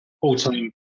all-time